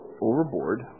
overboard